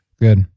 Good